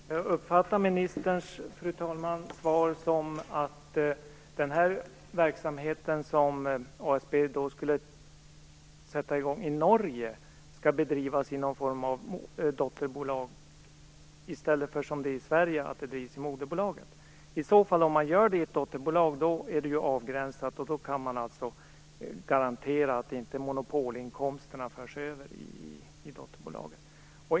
Fru talman! Jag uppfattar ministerns svar som att den verksamhet som ASB sätter i gång i Norge skall bedrivas i någon form av dotterbolag i stället för i moderbolaget, som i Sverige. Om den bedrivs i ett dotterbolag är det avgränsat. Då kan man garantera att monopolinkomsterna inte förs över i dotterbolagen.